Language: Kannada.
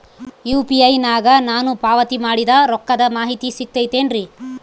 ಯು.ಪಿ.ಐ ನಾಗ ನಾನು ಪಾವತಿ ಮಾಡಿದ ರೊಕ್ಕದ ಮಾಹಿತಿ ಸಿಗುತೈತೇನ್ರಿ?